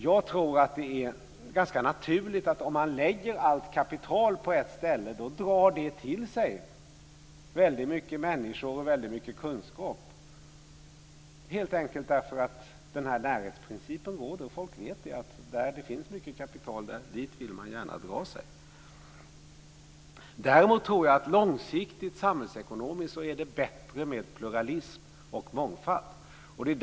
Jag tror att det är ganska naturligt att om man lägger allt kapital på ett ställe så drar det till sig väldigt mycket människor och väldigt mycket kunskap, helt enkelt därför att närhetsprincipen råder. Folk vet att man gärna vill dra sig dit där det finns mycket kapital. Däremot tror jag att det långsiktigt samhällsekonomiskt är bättre med pluralism och mångfald.